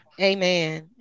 Amen